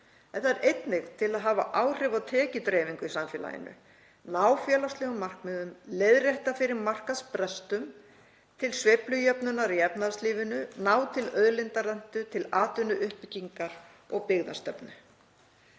en það er einnig til að hafa áhrif á tekjudreifingu í samfélaginu, ná félagslegum markmiðum, leiðrétta fyrir markaðsbrestum, til sveiflujöfnunar í efnahagslífinu, ná til auðlindarentu, til atvinnuuppbyggingar og byggðastefnu.